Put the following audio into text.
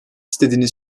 istediğini